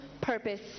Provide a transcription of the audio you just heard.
purpose